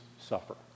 suffer